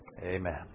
Amen